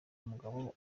umugabo